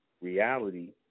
reality